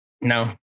No